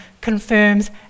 confirms